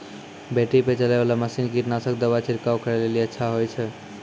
Battery पर चलै वाला मसीन कीटनासक दवा छिड़काव करै लेली अच्छा होय छै?